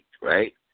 right